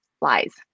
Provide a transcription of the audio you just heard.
lies